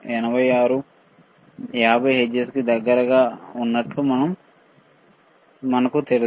86 50 hertz కి దగ్గరగా ఉన్నట్లు మనకు తెలుసు